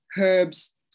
herbs